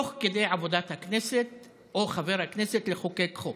תוך כדי עבודת הכנסת או עבודת חבר הכנסת לחוקק חוק.